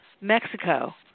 Mexico